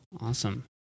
Awesome